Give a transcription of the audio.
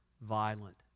violent